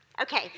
Okay